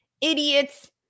idiots